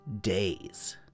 days